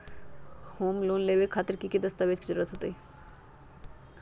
Home loan लेबे खातिर की की दस्तावेज के जरूरत होतई?